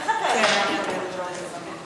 איך אתה יודע מה יש בדרום לבנון?